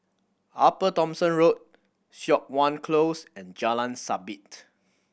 Upper Thomson Road Siok Wan Close and Jalan Sabit